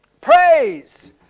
Praise